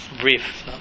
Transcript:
brief